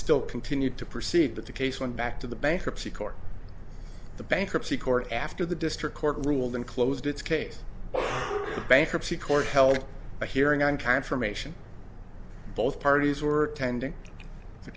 still continued to proceed but the case went back to the bankruptcy court the bankruptcy court after the district court ruled and closed its case the bankruptcy court held a hearing on confirmation both parties were attending the